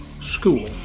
school